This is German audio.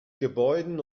gebäuden